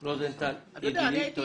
מיקי, היא גם